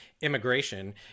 immigration